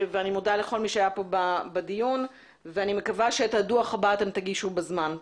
אני מודה לכל מי שהיה פה בדיון ומקווה שאת הדוח הבא תגישו בזמן.